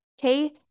okay